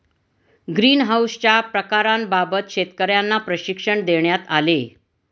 ग्रीनहाउसच्या प्रकारांबाबत शेतकर्यांना प्रशिक्षण देण्यात आले